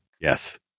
yes